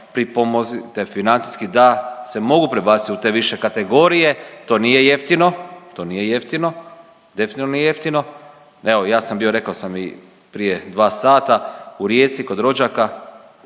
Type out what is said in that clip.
pripomozite financijski da se mogu prebaciti u te više kategorije. To nije jeftino, to nije jeftino, definitivno nije jeftino. Evo ja sam bio rekao sam i prije dva sata u Rijeci kod rođaka